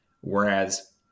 Whereas